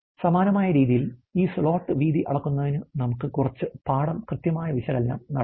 സമാനമായ രീതിയിൽ ഈ സ്ലോട്ട് വീതി അളക്കുന്നതിന് നമുക്ക് കുറച്ച് പാഠം കൃത്യമായ വിശകലനം നടത്താം